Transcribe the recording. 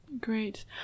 Great